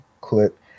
clip